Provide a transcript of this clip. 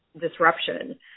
disruption